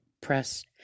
Press